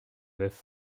peuvent